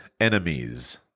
enemies